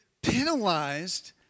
penalized